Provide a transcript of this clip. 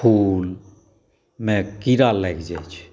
फूलमे कीड़ा लागि जाइ छै